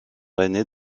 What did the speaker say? ainée